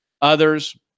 others